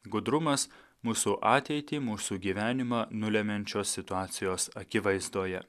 gudrumas mūsų ateitį mūsų gyvenimą nulemiančios situacijos akivaizdoje